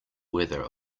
weather